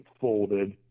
folded